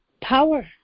power